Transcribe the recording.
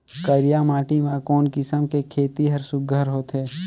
करिया माटी मा कोन किसम खेती हर सुघ्घर होथे?